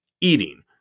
eating